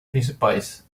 principais